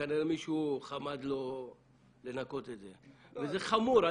כנראה מישהו חמד לו לנקות את זה, וזה חמור.